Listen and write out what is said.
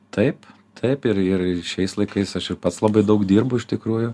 taip taip ir ir šiais laikais aš ir pats labai daug dirbu iš tikrųjų